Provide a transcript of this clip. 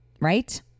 right